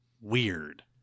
weird